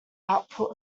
output